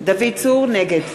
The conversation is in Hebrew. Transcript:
נגד